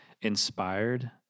inspired